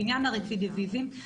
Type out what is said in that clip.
בעניין הרצידיביזם.